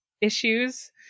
issues